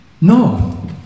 No